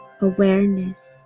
awareness